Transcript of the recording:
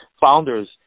founders